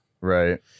Right